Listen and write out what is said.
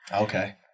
Okay